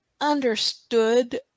understood